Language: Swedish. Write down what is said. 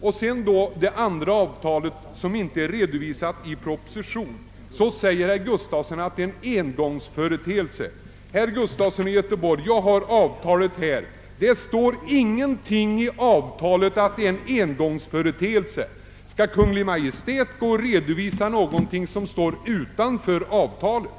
Om det andra avtalet som inte redovisats i propositionen säger herr Gustafson att det är en engångsföreteelse, men jag har avtalet här och kan försäkra att det inte står någonting om att det är en engångsföreteelse. Skall Kungl. Maj:t redovisa någonting som inte står i avtalet?